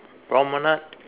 Promenade